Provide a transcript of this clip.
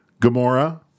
Gamora